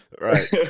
Right